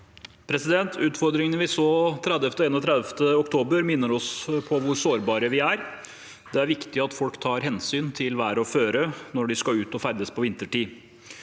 Utfordringe- ne vi så 30. og 31. oktober, minner oss på hvor sårbare vi er. Det er viktig at folk tar hensyn til vær og føre når de skal ut og ferdes på vinterstid.